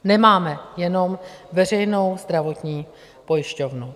Nemáme jenom veřejnou zdravotní pojišťovnu.